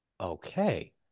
Okay